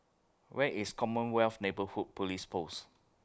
Where IS Commonwealth Neighbourhood Police Post